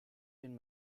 been